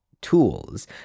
tools